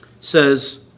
says